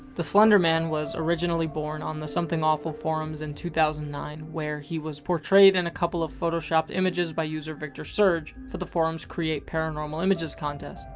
the slender man was originally born on the something awful forums in two thousand and nine, where he was portrayed in a couple of photoshoped images by user victor surge for the forum's create paranomal images contest.